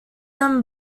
them